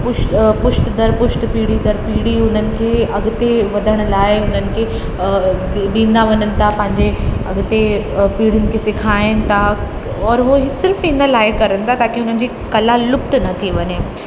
push पुश्त दर पुश्त पीढ़ी दर पीढ़ी उन्हनि खे अॻिते वधण लाए हुनन खे ॾींदा वञन ता पांजे अॻिते पीढ़ियुन खे सिखाइनि था औरि उहे हीअ सिर्फ़ हिन लाइ कनि था ताकी हुननि जी कला लुप्त न थी वञे